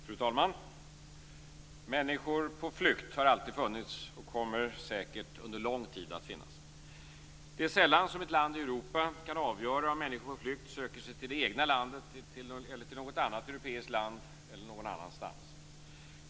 Fru talman! Människor på flykt har alltid funnits och kommer säkert under lång tid att finnas. Det är sällan som ett land i Europa kan avgöra om människor på flykt söker sig till det egna landet eller till något annat europeiskt land eller någon annanstans.